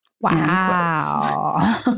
Wow